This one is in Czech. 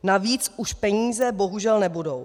Na víc už peníze bohužel nebudou.